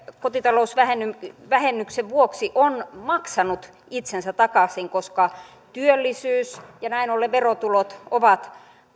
kotitalousvähennyksen vuoksi on maksanut itsensä takaisin koska työllisyys ja näin ollen verotulot ovat